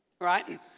right